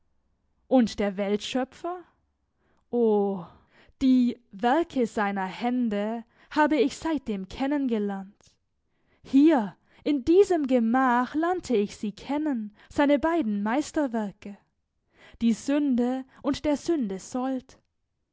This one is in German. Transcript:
und der weltschöpfer o die werke seiner hände habe ich seitdem kennen gelernt hier in diesem gemach lernte ich sie kennen seine beiden meisterwerke die sünde und der sünde sold